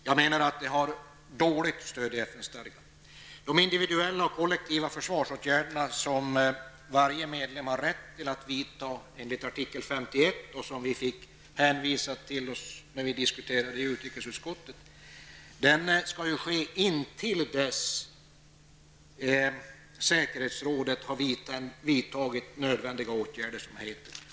Jag menar att beslutet har dåligt stöd i FN-stadgan. De individuella och kollektiva försvarsåtgärder som varje medlem har rätt att vidta enligt artikel 51, och som det hänvisades till när vi diskuterade i utrikesutskottet, skall ju ske intill dess att säkerhetsrådet har vidtagit nödvändiga åtgärder, som det heter.